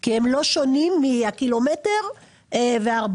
כי הם לא שונים מהקילומטר ו-40.